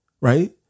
right